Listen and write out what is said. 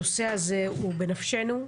הנושא הזה הוא בנפשנו.